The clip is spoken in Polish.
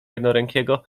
jednorękiego